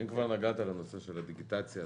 אם כבר נגעת בנושא הדיגיטציה,